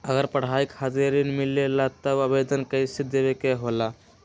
अगर पढ़ाई खातीर ऋण मिले ला त आवेदन कईसे देवे के होला?